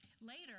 Later